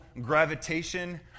gravitation